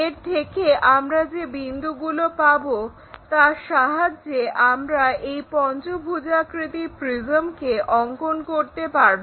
এর থেকে আমরা যে ছেদবিন্দুগুলো পাবো তার সাহায্যে আমরা এই পঞ্চভুজাকৃতি প্রিজমটিকে অঙ্কন করতে পারব